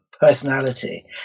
personality